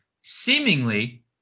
seemingly